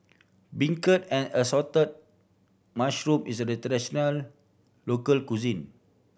beancurd and assorted mushroom is a traditional local cuisine